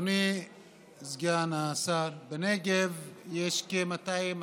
אדוני סגן השר, בנגב יש כ-200,000